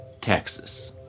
Texas